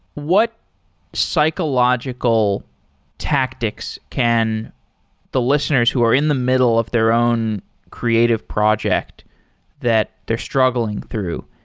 what psychological tactics can the listeners who are in the middle of their own creative project that they're struggling through,